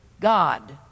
God